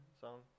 song